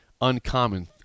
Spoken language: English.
uncommon